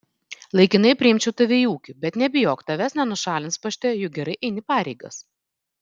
laikinai priimčiau tave į ūkį bet nebijok tavęs nenušalins pašte juk gerai eini pareigas